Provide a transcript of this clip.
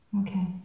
Okay